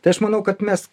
tai aš manau kad mes